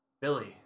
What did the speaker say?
Billy